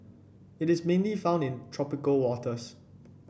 it is mainly found in tropical waters